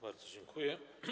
Bardzo dziękuję.